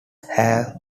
have